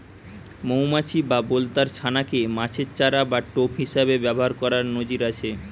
মউমাছি বা বলতার ছানা কে মাছের চারা বা টোপ হিসাবে ব্যাভার কোরার নজির আছে